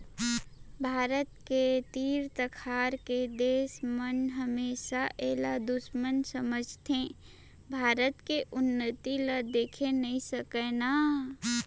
भारत के तीर तखार के देस मन हमेसा एला दुस्मन समझथें भारत के उन्नति ल देखे नइ सकय ना